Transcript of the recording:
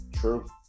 True